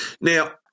Now